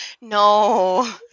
no